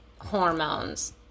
hormones